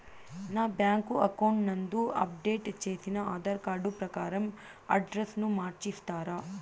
నా bank account నందు update చేసిన ఆధార్ కార్డు ప్రకారం అడ్రస్ ను మార్చిస్తారా?